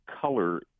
color